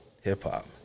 hip-hop